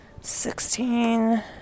Sixteen